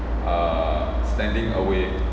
err standing away